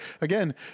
again